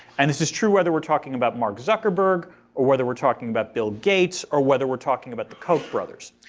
and this is true whether we're talking about mark zuckerberg or whether we're talking about bill gates or whether we're talking about the koch brothers.